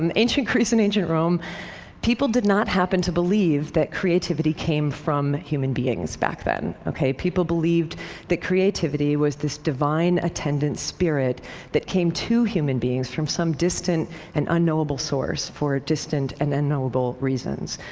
um ancient greece and ancient rome people did not happen to believe that creativity came from human beings back then, ok? people believed that creativity was this divine attendant spirit that came to human beings from some distant and unknowable source, for distant and unknowable reasons.